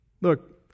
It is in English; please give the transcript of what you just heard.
Look